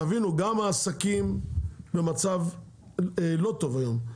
תבינו, גם העסקים במצב לא טוב היום.